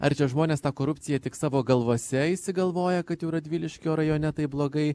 ar čia žmonės tą korupciją tik savo galvose išsigalvoja kad jų radviliškio rajone taip blogai